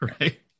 right